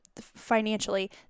Financially